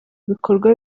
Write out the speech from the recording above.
bikorwa